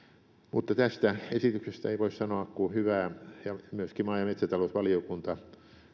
mutta tästä esityksestä ei voi sanoa kuin hyvää ja myöskin maa ja metsätalousvaliokunta